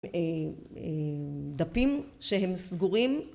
דפים שהם סגורים